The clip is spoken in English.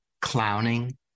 clowning